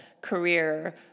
career